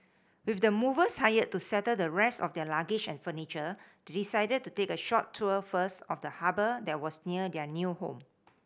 with the movers hired to settle the rest of their luggage and furniture they decided to take a short tour first of the harbour that was near their new home